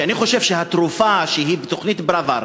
שאני חושב שהתרופה שהיא תוכנית פראוור,